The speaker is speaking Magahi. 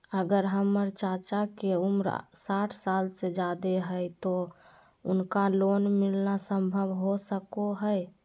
अगर हमर चाचा के उम्र साठ साल से जादे हइ तो उनका लोन मिलना संभव हो सको हइ?